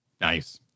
Nice